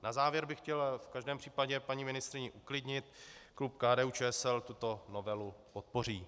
Na závěr bych chtěl v každém případě paní ministryni uklidnit, klub KDUČSL tuto novelu podpoří.